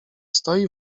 stoi